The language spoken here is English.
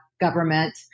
government